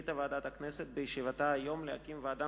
החליטה ועדת הכנסת בישיבתה היום להקים ועדה